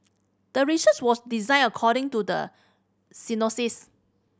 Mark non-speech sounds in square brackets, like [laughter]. the research was designed according to the [unintelligible]